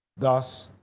thus,